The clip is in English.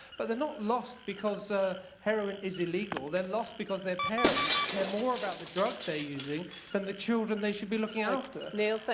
but they're not lost because ah heroine is illegal, they're lost because their parents care more about the drugs they're using than the children they should be looking after. but